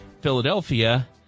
Philadelphia